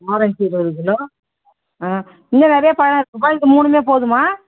orange இருபது kilo இன்னும் நிறைய பழம் இருக்குதுப்பா இது மூணுமே போதுமா